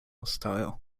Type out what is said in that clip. style